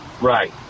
Right